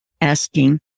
asking